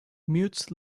mutes